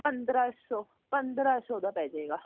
ਪੰਦਰ੍ਹਾਂ ਸੌ ਪੰਦਰ੍ਹਾਂ ਸੌ ਦਾ ਪੈ ਜਾਵੇਗਾ